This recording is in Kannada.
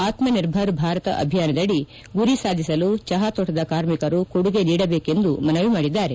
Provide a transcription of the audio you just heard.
ಆತ್ನ ನಿರ್ಭರ ಭಾರತ ಅಭಿಯಾನದಡಿ ಗುರಿ ಸಾಧಿಸಲು ಜೆಹಾ ತೋಟದ ಕಾರ್ಮಿಕರು ಕೊಡುಗೆ ನೀಡಬೇಕೆಂದು ಮನವಿ ಮಾಡಿದ್ದಾರೆ